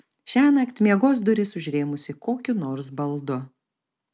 šiąnakt miegos duris užrėmusi kokiu nors baldu